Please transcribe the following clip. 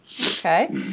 Okay